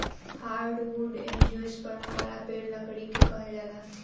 hardwood angiosperm वाला पेड़ लकड़ी के कहल जाला